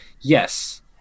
Yes